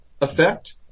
effect